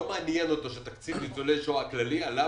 לא מעניין אותו שתקציב ניצולי השואה הכללי עלה.